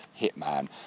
hitman